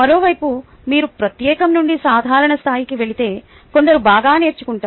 మరోవైపు మీరు ప్రత్యేకం నుండి సాధారణ స్థాయికి వెళితే కొందరు బాగా నేర్చుకుంటారు